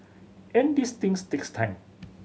and these things takes time